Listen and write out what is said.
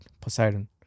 Poseidon